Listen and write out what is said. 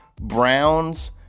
Browns